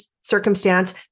circumstance